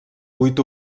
buit